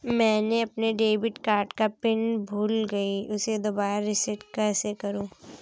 मैंने अपने debit card का पिन भूल गई, उसे दोबारा रीसेट कैसे करूँ?